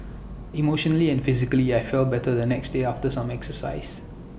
emotionally and physically I felt better the next day after some exercise